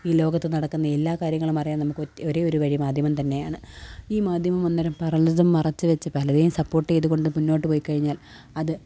ഈ ലോകത്ത് നടക്കുന്ന എല്ലാ കാര്യങ്ങളും അറിയാന് നമുക്ക് ഒറ്റ ഒരേയൊരു വഴി മാധ്യമം തന്നെയാണ് ഈ മാധ്യമം അന്നേരം പറഞ്ഞത് മറച്ചു വെച്ച് പലരേയും സപ്പോര്ട്ട് ചെയ്തുകൊണ്ട് മുന്നോട്ട് പോയി കഴിഞ്ഞാല് അത്